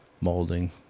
molding